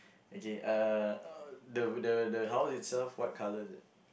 okay uh the the the house itself what colour is it